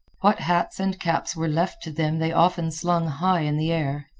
what hats and caps were left to them they often slung high in the air.